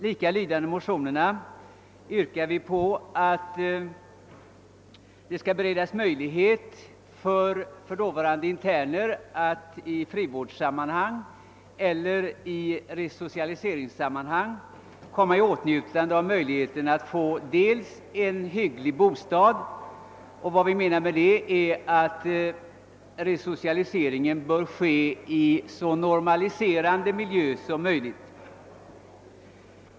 I dessa motioner yrkar vi, att det skall beredas möjlighet för frigivna interner att i frivårdsoch resocialiseringssammanhang komma i åtnjutande av en hygglig bostad. Vi menar att resocialiseringen bör ske i så normaliserad miljö som möjligt.